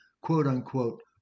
quote-unquote